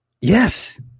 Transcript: yes